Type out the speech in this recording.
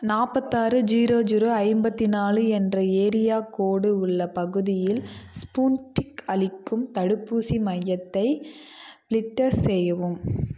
நாற்பத்தாறு zero zero ஐம்பத்தி நாலு என்ற ஏரியா கோடு உள்ள பகுதியில் ஸ்பூட்டிக் அளிக்கும் தடுப்பூசி மையத்தை ப்லிட்டர் செய்யவும்